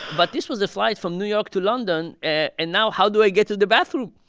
but this was a flight from new york to london. and now how do i get to the bathroom?